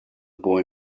boy